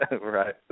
Right